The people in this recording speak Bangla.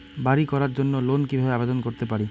বাড়ি করার জন্য লোন কিভাবে আবেদন করতে পারি?